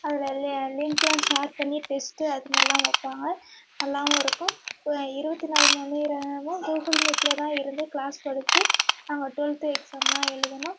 அதில் லே லிங்கெலாம் ஷேர் பண்ணி டெஸ்ட் அது மாதிரிலாம் வைப்பாங்க நல்லாவும் இருக்கும் இருபத்தி நாலு மணி நேரமும் கூகுள் மீட்டில் தான் இருந்து கிளாஸ் படிச்சு நாங்கள் டுவெல்த்து எக்ஸாமெலாம் எழுதினோம்